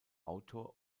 autor